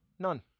None